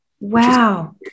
Wow